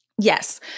Yes